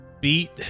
beat